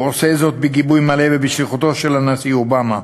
הוא עושה זאת בגיבוי מלא ובשליחותו של הנשיא אובמה.